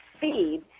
feed